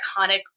iconic